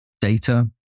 data